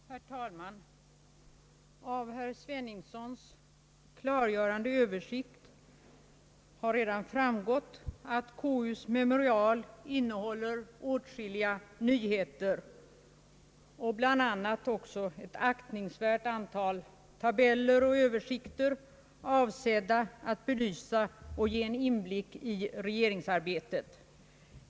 Herr talman! Av herr Sveningssons klargörande översikt har redan framgått, att KU:s memorial innehåller åtskilliga nyheter och bl.a. även ett aktningsvärt antal tabeller och översikter, avsedda att belysa och ge en inblick i regeringsarbetet.